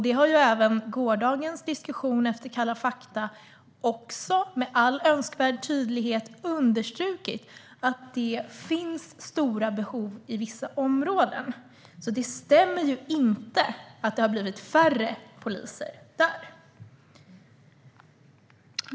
Det har även gårdagens diskussion efter Kalla fakta med all önskvärd tydlighet understrukit: Det finns stora behov i vissa områden. Så det stämmer inte att det har blivit färre poliser där.